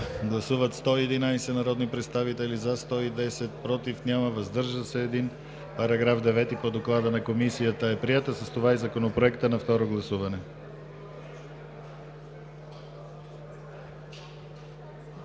Гласували 111 народни представители: за 110, против няма въздържал се 1. Параграф 9 по доклада на Комисията е приет, а с това и Законопроектът на второ гласуване.